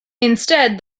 instead